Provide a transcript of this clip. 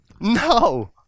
No